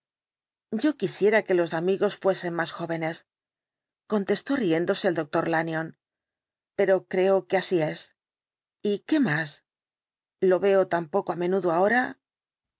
yo quisiera que los amigos fuesen más jóvenes contestó riéndose el dr lanyón pero creo que así es y qué más lo veo tan poco á menudo ahora